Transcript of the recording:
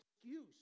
excuse